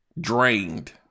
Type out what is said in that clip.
drained